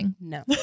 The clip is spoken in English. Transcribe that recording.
No